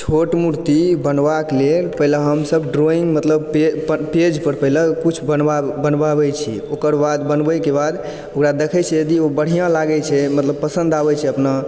छोट मूर्ति बनबाक लेल पहिले हमसभ ड्राइंग मतलब पेज पर पहिने कुछ बनवावै छी ओकर बाद बनबयके बाद ओकरा देखय छियै यदि ओ बढ़िआँ लागय छै मतलब पसन्द आबय छै अपना